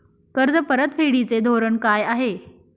कर्ज परतफेडीचे धोरण काय आहे?